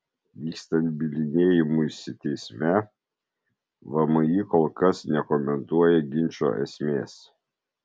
vykstant bylinėjimuisi teisme vmi kol kas nekomentuoja ginčo esmės